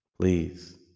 Please